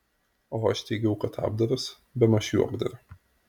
o aš teigiau kad apdaras bemaž juokdario